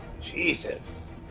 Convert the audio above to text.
Jesus